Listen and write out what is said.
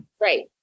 Right